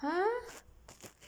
!huh!